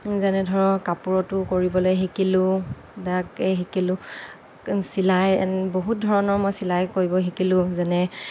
যেনে ধৰক কাপোৰতো কৰিবলৈ শিকিলোঁ দাকে শিকিলোঁ চিলাই বহুত ধৰণৰ মই চিলাই কৰিব শিকিলোঁ যেনে